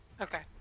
Okay